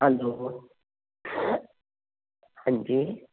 hello ਹਾਂਜੀ